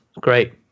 great